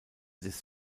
des